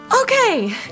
Okay